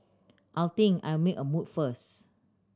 I think I'll make a move first